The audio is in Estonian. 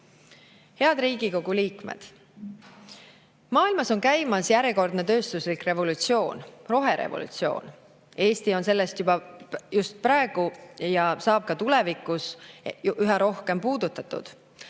Head Riigikogu liikmed! Maailmas on käimas järjekordne tööstuslik revolutsioon – roherevolutsioon. Eesti on sellest juba praegu puudutatud ja on tulevikus üha rohkem puudutatud,